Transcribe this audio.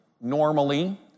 normally